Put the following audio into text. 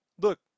look